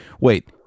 wait